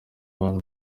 abantu